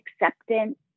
acceptance